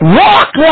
walk